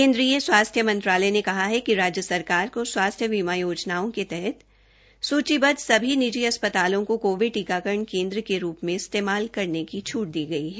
केन्द्रीय स्वास्थ्य मंत्रालय ने कहा है कि राज्य सरकार को स्वास्थ्य बीमा योजनाओं के तहत सूचीबद्ध सभी निजी अस्पतालों को कोविड टीकाकरण केन्द्र के रूप में इस्तेमाल करने की छूट दी गई है